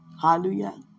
Hallelujah